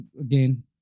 Again